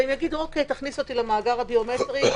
והם יגידו: תכניסו אותי למאגר הביומטרי כי